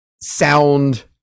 sound